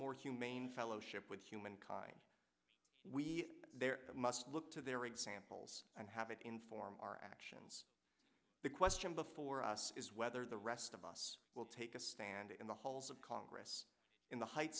more humane fellowship with humankind we there must look to their examples and have it inform our actions the question before us is whether the rest of us will take a stand in the halls of congress in the height